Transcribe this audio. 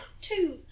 Two